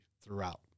throughout